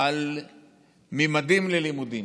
ממדים ללימודים,